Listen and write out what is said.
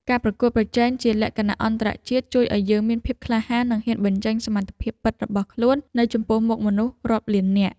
ការប្រកួតប្រជែងជាលក្ខណៈអន្តរជាតិជួយឱ្យយើងមានភាពក្លាហាននិងហ៊ានបញ្ចេញសមត្ថភាពពិតរបស់ខ្លួននៅចំពោះមុខមនុស្សរាប់លាននាក់។